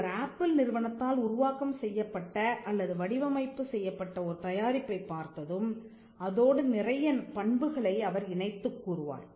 ஒருவர் ஆப்பிள் நிறுவனத்தால் உருவாக்கம் செய்யப்பட்ட அல்லது வடிவமைப்பு செய்யப்பட்ட ஒரு தயாரிப்பைப் பார்த்ததும் அதோடு நிறைய பண்புகளை அவர் இணைத்துக் கூறுவார்